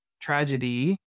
tragedy